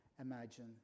imagine